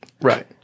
Right